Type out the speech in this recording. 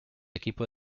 equipo